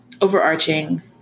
overarching